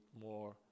more